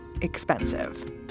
expensive